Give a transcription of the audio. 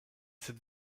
cette